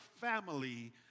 family